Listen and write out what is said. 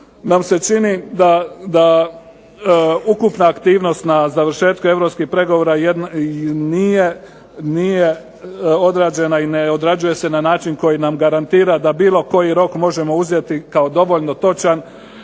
nam se čini da ukupna aktivnost na završetku europskih pregovora nije odrađena i ne odrađuje se na način koji nam garantira da bilo koji rok možemo uzeti kao dovoljno točan